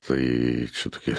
tai šitokie